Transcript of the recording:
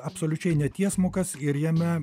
absoliučiai netiesmukas ir jame